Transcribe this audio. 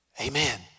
Amen